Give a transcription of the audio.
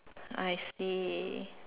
I see